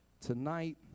Tonight